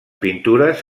pintures